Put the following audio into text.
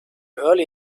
early